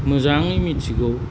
मोजाङै मिथिगौ